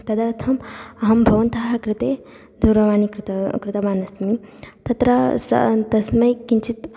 तदर्थम् अहं भवन्तः कृते दूरवाणी कृता कृतवान् अस्मि तत्र सः तस्मै किञ्चित्